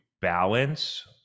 balance